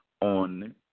on